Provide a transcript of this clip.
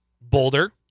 Boulder